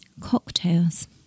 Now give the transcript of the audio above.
cocktails